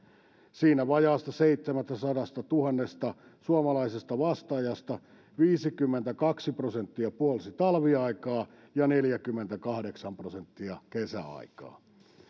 siinä vajaasta seitsemästäsadastatuhannesta suomalaisesta vastaajasta viisikymmentäkaksi prosenttia puolsi talviaikaa ja neljäkymmentäkahdeksan prosenttia kesäaikaa